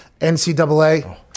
NCAA